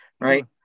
right